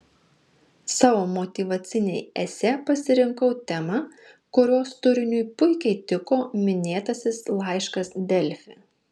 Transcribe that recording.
savo motyvacinei esė pasirinkau temą kurios turiniui puikiai tiko minėtasis laiškas delfi